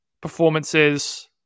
performances